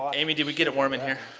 um amy, did we get it warm in here?